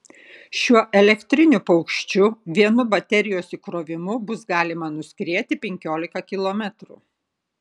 šiuo elektriniu paukščiu vienu baterijos įkrovimu bus galima nuskrieti penkiolika kilometrų